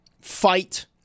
fight